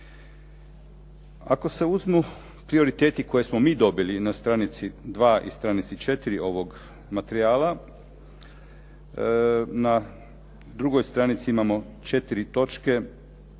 Ako se uzmu prioriteti koje smo mi dobili na stranici 2. i stranici 4. ovog materijala na drugoj stranici imamo 4. točke.